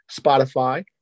Spotify